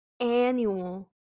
annual